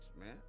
man